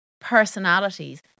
personalities